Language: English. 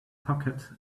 pocket